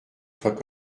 soient